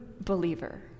believer